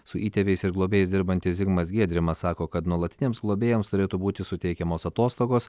su įtėviais ir globėjais dirbantis zigmas giedrimas sako kad nuolatiniams globėjams turėtų būti suteikiamos atostogos